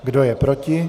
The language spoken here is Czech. Kdo je proti?